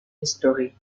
history